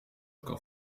kan